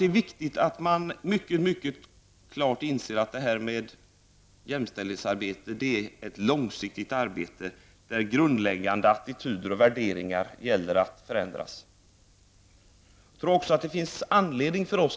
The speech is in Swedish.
Det är viktigt att klart inse att jämställdhetsarbetet är ett långsiktigt arbete där det gäller att förändra grundläggande attityder och värderingar.